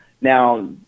Now